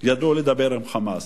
ידעו לדבר עם "חמאס"